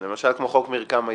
למשל, חוק מרקם ההתיישבות,